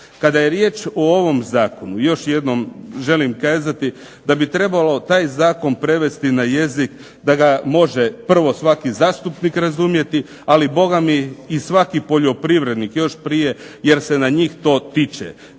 Kada je riječ o ovom zakonu, još jednom želim kazati da bi trebalo taj zakon prevesti na jezik, da ga može prvo svaki zastupnik razumjeti, ali Boga mi i svaki poljoprivrednik, još prije jer se na njih to tiče.